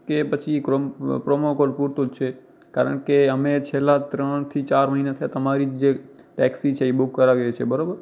કે પછી Chrome promo code પૂરતું જ છે કારણ કે અમે છેલ્લા ત્રણથી ચાર મહિના થયા તમારી જે ટેક્સી છે એ બૂક કરાવીએ છે બરાબર